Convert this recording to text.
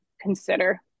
consider